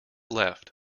left